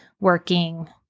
working